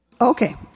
Okay